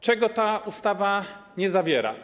Czego ta ustawa nie zawiera?